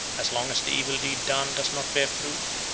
as long as the evil deed done does not bear fruit,